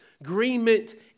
agreement